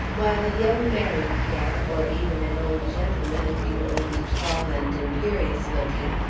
while a young married pair, or even an old gentleman, if he were only tall and imperious-looking,